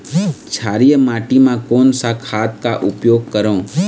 क्षारीय माटी मा कोन सा खाद का उपयोग करों?